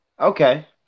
Okay